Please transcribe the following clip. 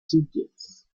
sitges